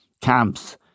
camps